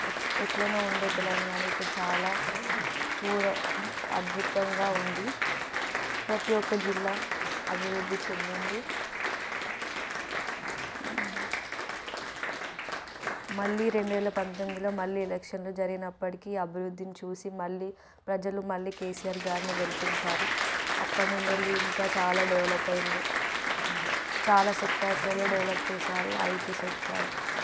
ఎక్ ఎట్లనో ఉండే తెలంగాణ ఇప్పుడు చాలా చూడ అద్భుతంగా ఉంది ప్రతి ఒక్క జిల్లా అభివృద్ధి చెందింది మళ్ళీ రెండు వేల పంతొమ్మిదిలో మళ్ళీ ఎలక్షన్లో జరిగినప్పటికీ అభివృద్ధిని చూసి మళ్ళీ ప్రజలు మళ్ళీ కేసీఆర్ గారిని గెలిపించారు అప్పటినుండెళ్ళి ఇంకా చాలా డెవలప్ అయింది చాలా సెక్టార్స్లలో డెవలప్ చేశారు ఐటీ సెక్టార్